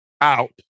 out